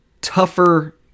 tougher